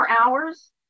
hours